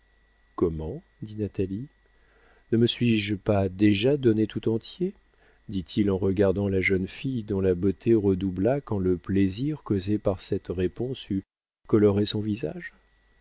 comment dit natalie ne me suis-je pas déjà donné tout entier dit-il en regardant la jeune fille dont la beauté redoubla quand le plaisir causé par cette réponse eut coloré son visage